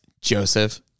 Joseph